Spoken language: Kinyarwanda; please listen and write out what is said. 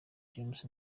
james